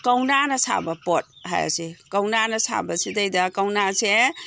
ꯀꯧꯅꯥꯅ ꯁꯥꯕ ꯄꯣꯠ ꯍꯥꯏꯔꯁꯤ ꯀꯧꯅꯥꯅ ꯁꯥꯕꯁꯤꯗꯩꯗ ꯀꯧꯅꯥꯁꯦ